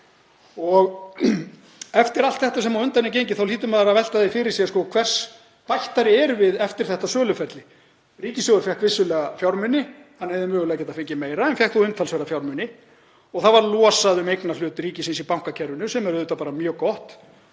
Eftir allt sem á undan er gengið þá hlýtur maður að velta fyrir sér hvers við erum bættari eftir þetta söluferli. Ríkissjóður fékk vissulega fjármuni, hann hefði mögulega getað fengið meira en fékk þó umtalsverða fjármuni, og losað var um eignarhlut ríkisins í bankakerfinu sem er auðvitað bara mjög gott.